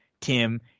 Tim